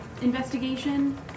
investigation